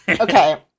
Okay